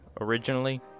originally